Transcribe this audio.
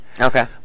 Okay